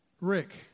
Rick